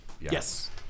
Yes